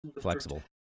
flexible